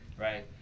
right